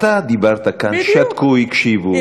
אתה דיברת כאן שתקו, הקשיבו.